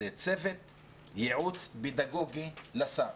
זה צוות ייעוץ פדגוגי לשר.